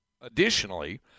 additionally